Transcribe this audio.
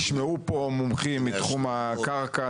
נשמעו פה מומחים מתחום הקרקע,